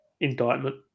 indictment